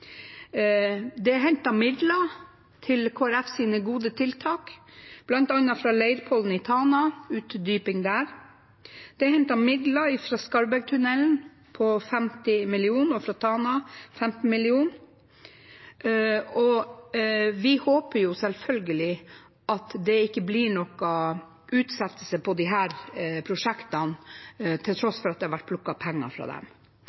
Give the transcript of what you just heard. Det er hentet midler til Kristelig Folkepartis gode tiltak, bl.a. fra Leirpollen i Tana – utdyping der. Det er hentet midler fra Skarvbergtunnelen på 50 mill. kr, og fra Tana på 15 mill. kr. Vi håper selvfølgelig at det ikke blir noen utsettelse av disse prosjektene til tross for at det har blitt plukket penger fra dem,